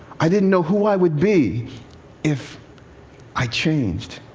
i didn't know who i would be if i changed.